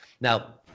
Now